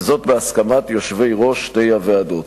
וזאת בהסכמת יושבי-ראש שתי הוועדות.